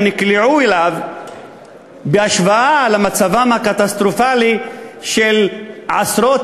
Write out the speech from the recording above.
נקלעו אליו בהשוואה למצבם הקטסטרופלי של עשרות